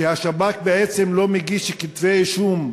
שהשב"כ בעצם לא מגיש כתבי אישום,